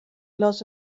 los